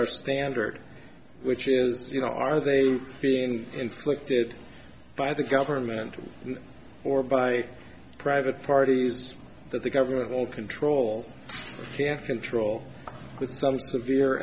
our standard which is you know are they being inflicted by the government or by private parties that the government will control can't control with some severe